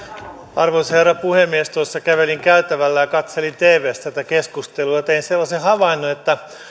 arvoisa herra puhemies tuossa kävelin käytävällä ja katselin tvstä tätä keskustelua ja tein sellaisen havainnon että